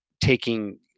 taking